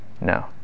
No